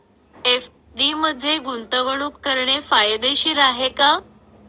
FD मध्ये गुंतवणूक करणे फायदेशीर आहे का?